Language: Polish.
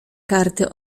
karty